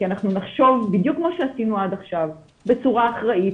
כי אנחנו נחשוב בדיוק כמו שעשינו עד עכשיו בצורה אחראית,